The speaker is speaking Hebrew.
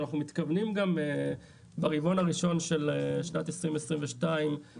אנחנו מתכוונים גם ברבעון הראשון של שנת 2022 לפרסם